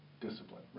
discipline